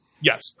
Yes